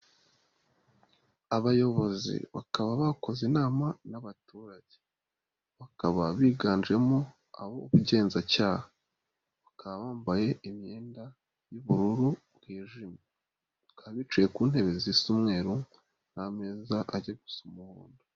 Abayobozi bakaba bakoze inama n'abaturage bakaba biganjemo abo ubugenzacyaha, bakaba bambaye imyenda y'ubururu bwijimye bakaba bicaye ku ntebe zisa umweru n'ameza ajya gu gusa umuhondo.